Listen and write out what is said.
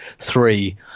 three